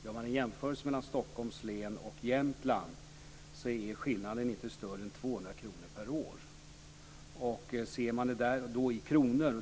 Gör man en jämförelse mellan Stockholms län och Jämtland, är skillnaden inte större än 200 kr per år.